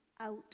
out